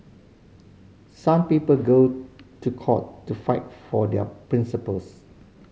some people go to court to fight for their principles